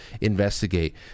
investigate